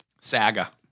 Saga